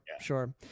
sure